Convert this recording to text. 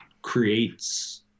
Creates